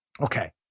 Okay